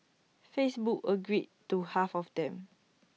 Facebook agreed to half of them